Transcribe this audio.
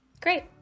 Great